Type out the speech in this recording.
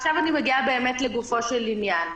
עכשיו, אני באמת מגיעה לגופו של עניין.